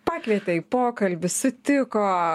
pakvietė į pokalbį sutiko